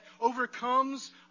overcomes